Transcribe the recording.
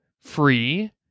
free